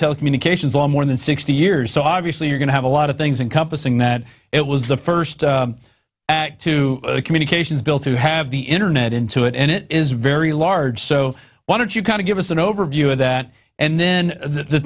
telecommunications law more than sixty years so obviously you're going to have a lot of things in compassing that it was the first two communications bill to have the internet into it and it is very large so why don't you kind of give us an overview of that and then the